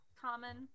Common